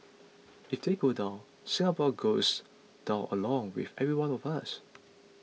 if they go down Singapore goes down along with every one of us